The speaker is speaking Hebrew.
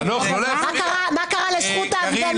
מה קרה לזכות ההפגנה?